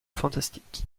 fantastique